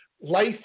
life